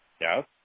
Yes